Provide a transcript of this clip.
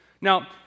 Now